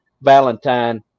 Valentine